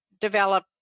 develop